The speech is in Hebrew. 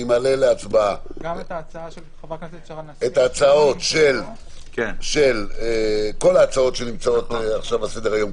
אני מעלה להצבעה את כל ההצעות שנמצאות על סדר היום,